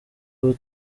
ubu